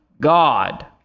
God